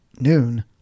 Noon